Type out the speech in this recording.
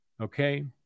Okay